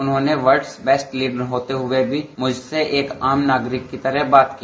उन्होंने वर्डस गेस्ट क्लीन होते हुए भी मुझसे एक आम नागरिक की तरह बात की